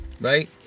Right